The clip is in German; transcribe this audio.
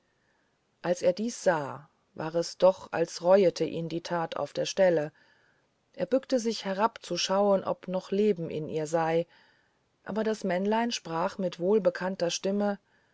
als er dies sah war es doch als reuete ihn die tat auf der stelle er bückte sich herab zu schauen ob noch leben in ihr sei aber das männlein sprach mit wohlbekannter stimme